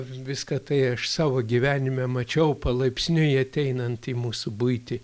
viską tai aš savo gyvenime mačiau palaipsniui ateinant į mūsų buitį